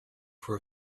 for